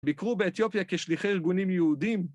ביקרו באתיופיה כשליחי ארגונים יהודים.